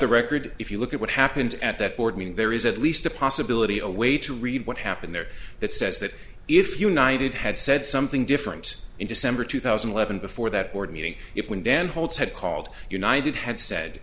the record if you look at what happened at that board meeting there is at least a possibility a way to read what happened there that says that if united had said something different in december two thousand and eleven before that board meeting if when dan holds had called united had said